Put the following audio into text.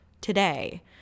today